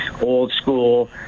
old-school